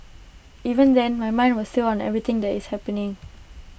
even then my mind was still on everything that is happening